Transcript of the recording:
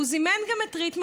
והוא זימן גם את ריטמן,